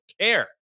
care